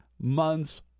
months